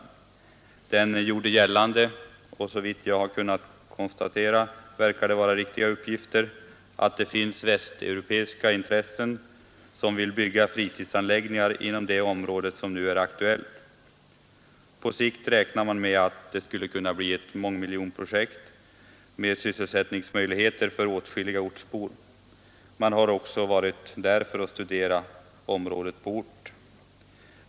Artikeln gjorde gällande — och såvitt jag kunnat konstatera verkar det vara riktiga uppgifter — att det finns västeuropeiska intressen som vill bygga fritidsanläggningar inom det område som nu är aktuellt. På sikt räknar man med att det skulle kunna bli ett mångmiljonprojekt med sysselsättningsmöjligheter för åtskilliga ortsbor. Man har också varit där för att studera området.